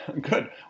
Good